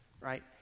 Right